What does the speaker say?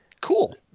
Cool